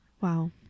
Wow